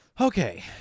Okay